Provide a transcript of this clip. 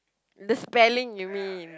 the spelling you mean